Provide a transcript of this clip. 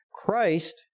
Christ